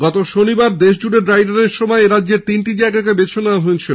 গত শনিবার দেশজুড়ে ড্রাই রানের সময় এরাজ্যের তিনটি জায়গাকে বেছে নেওয়া হয়েছিল